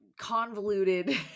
convoluted